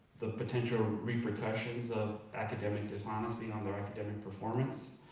the potential repercussions of academic dishonesty on their academic performance.